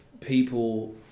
people